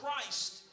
Christ